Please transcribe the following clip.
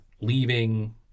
leaving